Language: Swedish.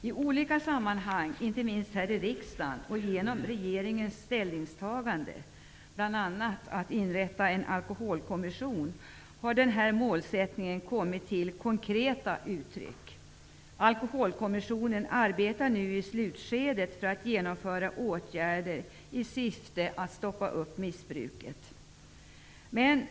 I olika sammanhang, inte minst här i riksdagen och genom regeringens ställningstagande för att inrätta en alkoholkommission, har målsättningen kommit till konkreta uttryck. Alkoholkommissionens arbete för att genomföra åtgärder i syfte att stoppa upp missbruket är nu i sitt slutskede.